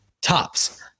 tops